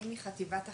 אני מחטיבת החקירות,